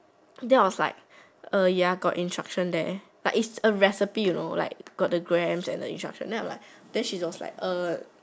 that was like ya got instruction there like it's a recipe you know like got the grams and instruction then I'm like then she was like